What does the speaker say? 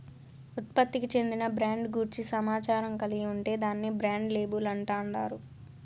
ఉత్పత్తికి చెందిన బ్రాండ్ గూర్చి సమాచారం కలిగి ఉంటే దాన్ని బ్రాండ్ లేబుల్ అంటాండారు